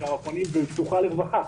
בחודשיים האחרונים והיא פתוחה לרווחה,